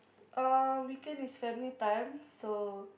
um weekend is family time so